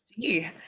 see